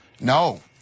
No